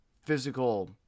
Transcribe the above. physical